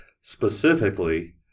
specifically